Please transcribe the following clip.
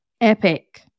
Epic